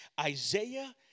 Isaiah